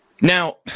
Now